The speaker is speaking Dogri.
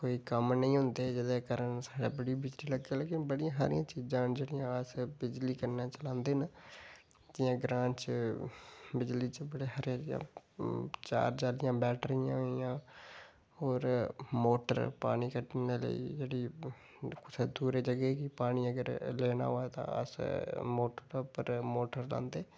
कोई कम्म निं होंदे जेल्लै लेकिन बड़ियां सारियां चीजां न जेह्ड़ियां अस बिजली कन्नै चलांदे न जियां ग्रांऽ च बिजली च बड़े सारे चार्ज आह्ली बैट्रियां होई गेइयां होर मोटर पानी कड्ढने आह्ली जेह्ड़ी कुसै दूरे जगह गी पानी अगर लेना होऐ तां अस मोटर उप्पर मोटर लांदे